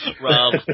Rob